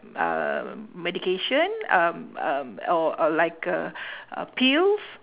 um medication um um or or like a pills